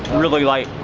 really like,